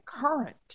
current